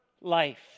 life